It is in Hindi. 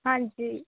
हाँ जी